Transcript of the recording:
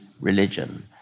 religion